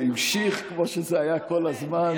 זה נמשך כמו שזה היה כל הזמן.